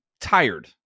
tired